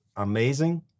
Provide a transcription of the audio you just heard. Amazing